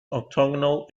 octagonal